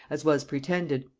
as was pretended,